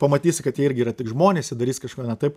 pamatysi kad jie irgi yra tik žmonės jie darys kažką ne taip